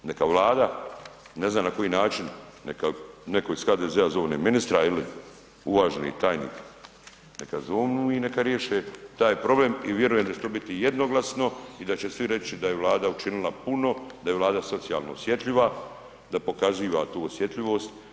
Neka Vlada, ne znam na koji način neka neko iz HDZ-a zovne ministra ili uvaženi tajnik neka zovnu i neka riješe taj problem i vjerujem da će to biti jednoglasno i da će svi reći da je Vlada učinila puno, da je Vlada socijalno osjetljiva, da pokaziva tu osjetljivost.